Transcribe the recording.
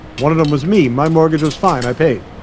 one of them was me, my mortgage was fine, i paid.